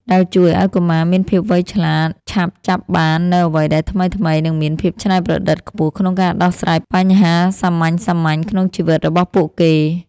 ដែលជួយឱ្យកុមារមានភាពវៃឆ្លាត ឆាប់ចាប់បាននូវអ្វីដែលថ្មីៗ និងមានភាពច្នៃប្រឌិតខ្ពស់ក្នុងការដោះស្រាយបញ្ហាសាមញ្ញៗក្នុងជីវិតរបស់ពួកគេ។